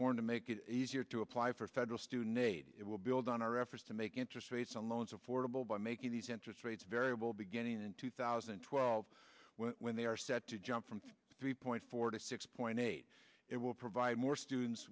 him to make it easier to apply for federal student aid it will build on our efforts to make interest rates on loans affordable by making these interest rates variable beginning in two thousand and twelve when they are set to jump from three point four to six point eight it will provide more students